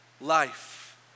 life